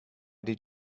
did